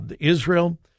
Israel